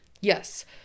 Yes